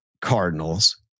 Cardinals